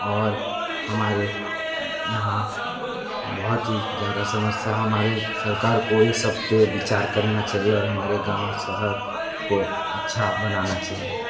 और हमारे यहाँ बहुत ही ज़्यादा समस्या हमारे सरकार को ये सब पर विचार करना चाहिए और हमारे गाँव शहर को अच्छा बनाना चाहिए